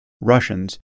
Russians